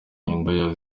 indaya